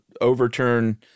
overturn